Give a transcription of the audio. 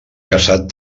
casat